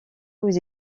aux